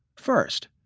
first,